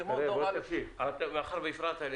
כמו דור א' --- מאחר שהפרעת לי,